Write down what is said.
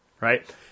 right